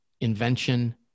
invention